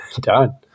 done